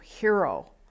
hero